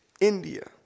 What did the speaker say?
India